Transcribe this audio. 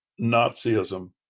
Nazism